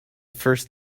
first